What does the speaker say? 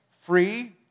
free